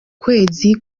kwezi